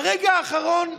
ברגע האחרון,